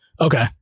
Okay